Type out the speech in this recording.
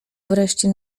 wreszcie